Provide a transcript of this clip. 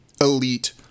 elite